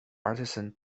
artisan